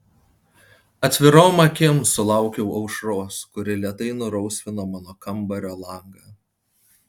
atvirom akim sulaukiau aušros kuri lėtai nurausvino mano kambario langą